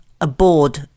aboard